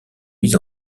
mis